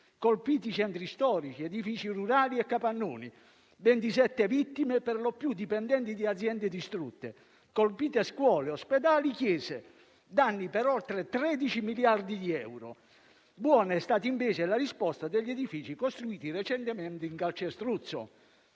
colpiti centri storici, edifici rurali e capannoni; ventisette vittime, per lo più dipendenti di aziende distrutte; colpiti scuole, ospedali e chiese; danni per oltre 13 miliardi di euro. Buona è stata invece la risposta degli edifici costruiti recentemente in calcestruzzo.